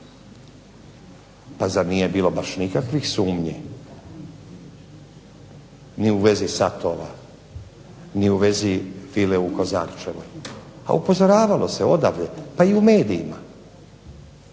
Pa zar nije bilo baš nikakvih sumnji ni u vezi satova, ni u vezi vile u Kozarčevoj? Pa upozoravalo se odavde pa i u medijima,